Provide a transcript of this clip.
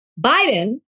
Biden